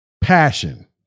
passion